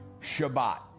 Shabbat